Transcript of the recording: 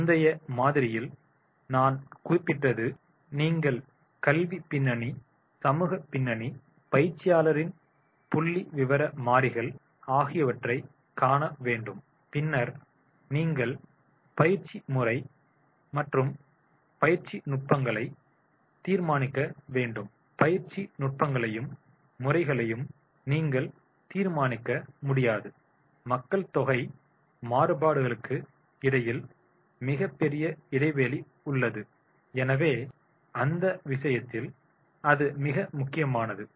முந்தைய மாதிரியில் நான் குறிப்பிட்டது நீங்கள் கல்விப் பின்னணி சமூக பின்னணி பயிற்சியாளரின் புள்ளிவிவர மாறிகள் ஆகியவற்றைக் காண வேண்டும் பின்னர் நீங்கள் பயிற்சி முறை மற்றும் பயிற்சி நுட்பங்களை தீர்மானிக்க வேண்டும் பயிற்சி நுட்பங்களையும் முறைகளையும் நீங்கள் தீர்மானிக்க முடியாது மக்கள்தொகை மாறுபாடுகளுக்கு இடையில் மிகப்பெரிய இடைவெளி உள்ளது எனவே அந்த விஷயத்தில் அது மிக முக்கியமானது